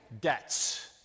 debts